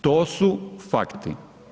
To su fakti.